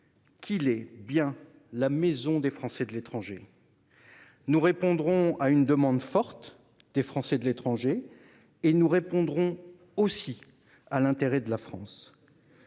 qu'il est bien la « maison des Français de l'étranger ». Nous répondrons à une demande forte de ces Français et nous répondrons aussi à l'intérêt de la France.